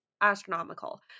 astronomical